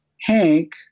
Hank